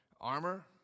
armor